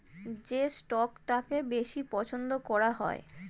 যে স্টকটাকে বেশি পছন্দ করা হয়